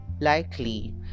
likely